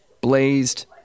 blazed